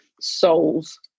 soul's